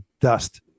dust